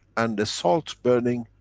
and the salt burning,